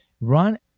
run